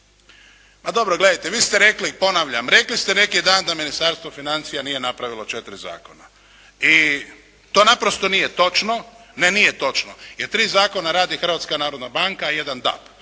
Pa dobro, gledajte. Vi ste rekli. Ponavljam, rekli ste neki dan da Ministarstvo financija nije napravilo četiri zakona i to naprosto nije točno. …/Upadica se ne čuje./… Ne, nije točno jer tri zakona radi Hrvatska narodna banka a jedan DAB.